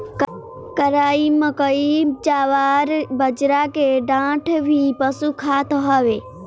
कराई, मकई, जवार, बजरा के डांठ भी पशु खात हवे